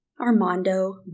Armando